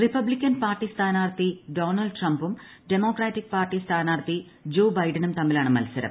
Republican party സ്ഥാനാർത്ഥി Donald ട്രംപും Democratic party സ്ഥാനാർത്ഥി ജോ ബൈഡനും തമ്മിലാണ് മത്സരം